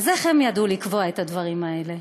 אז איך הם ידעו לקבוע את הדברים האלה?